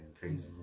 crazy